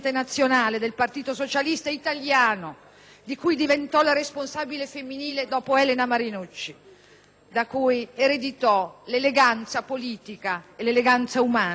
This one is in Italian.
Grazie.